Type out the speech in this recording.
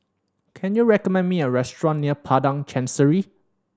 can you recommend me a restaurant near Padang Chancery